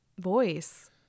voice